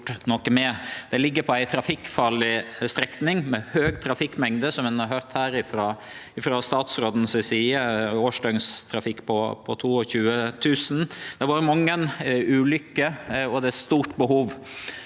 Det ligg på ei trafikkfarleg strekning med høg trafikkmengd, som ein har høyrt her frå statsråden, med årsdøgntrafikk på 22 000. Det har vore mange ulukker, og det er stort behov.